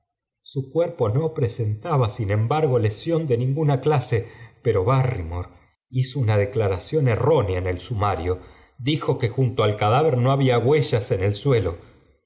su cuerpo no presentaba sin emxbargoesión de ninguna clase pero barrymore hieo irta declaración errónea en el sumario dijo que jwito al cadáver no había huellas en el suelo